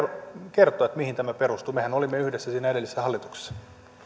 kertoa mihin tämä perustuu mehän olimme yhdessä siinä edellisessä hallituksessa